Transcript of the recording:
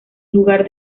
lugar